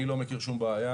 אני לא מכיר שום בעיה.